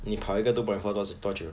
你跑一个 two point four 多久